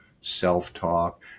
self-talk